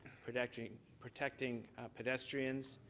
protecting protecting pedestrians,